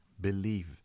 believe